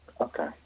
Okay